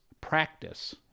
practice